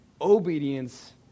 Obedience